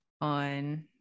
on